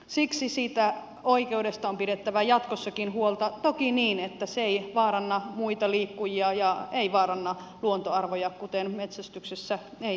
siksi siitä oikeudesta on pidettävä jatkossakin huolta toki niin että se ei vaaranna muita liikkujia ei vaaranna luontoarvoja kuten metsästyksessä ei tehdä